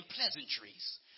pleasantries